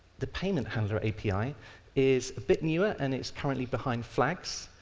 the payment handler api is a bit newer, and it's currently behind flags,